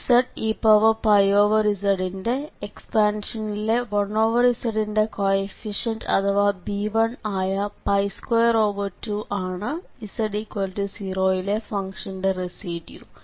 zez ന്റെ എക്സ്പാൻഷനിലെ 1z ന്റെ കോയെഫിഷ്യന്റ് അഥവാ b1ആയ 22ആണ് z0 യിലെ ഫംഗ്ഷന്റെ റെസിഡ്യൂ